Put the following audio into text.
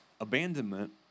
abandonment